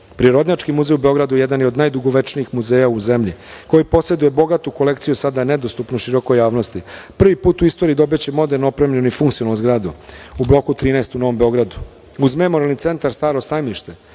Prirodnjački muzej u Beogradu, jedan je od najdugovečnijih muzeja u zemlji koji poseduje bogatu kolekciju, sada nedostupnu širokoj javnosti. Prvi put u istoriji dobićemo moderno opremljenu i funkcionalnu zgradu u Bloku 13 u Novom Beogradu. Uz Memorijalni centar „Staro sajmište“,